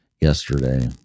yesterday